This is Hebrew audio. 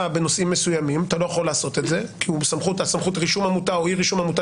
בנושאים מסוימים כי סמכות רישום עמותה או אי רישום עמותה